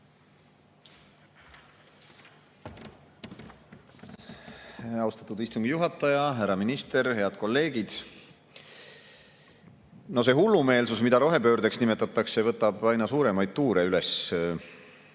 Austatud istungi juhataja! Härra minister! Head kolleegid! See hullumeelsus, mida rohepöördeks nimetatakse, võtab aina suuremaid tuure üles.